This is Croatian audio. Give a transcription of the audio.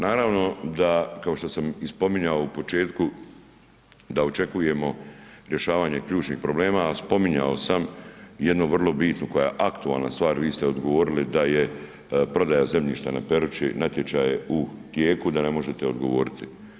Naravno da, kao što sam i spominjao u početku da očekujemo rješavanje ključnih problema, a spominjao sam jednu vrlo bitnu koja je aktualna stvar, vi ste odgovorili da je prodaja zemljišta na Peruči, natječaj je u tijeku, da ne možete odgovoriti.